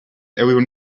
everyone